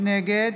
נגד